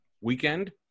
weekend